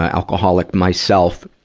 ah alcoholic myself,